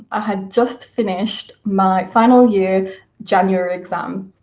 ah had just finished my final year january exam,